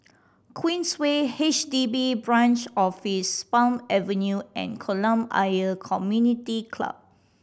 Queensway H D B Branch Office Palm Avenue and Kolam Ayer Community Club